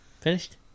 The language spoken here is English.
Finished